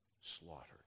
slaughtered